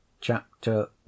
Chapter